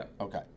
Okay